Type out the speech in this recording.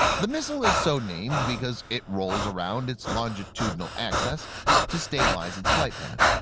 the missile is so named because it rolls around its longitudinal axis to stabilize its flight path,